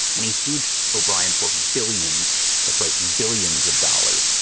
and he sued o'brien for billions that's right billions of dollars,